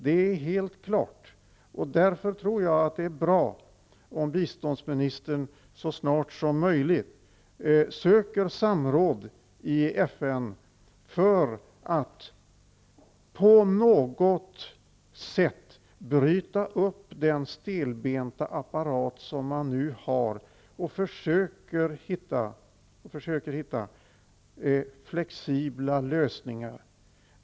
Det är helt klart. Därför tror jag att det är bra om biståndsministern så snart som möjligt söker samråd i FN för att på något sätt bryta upp den stelbenta apparat som man nu har och försöker finna flexibla lösningar.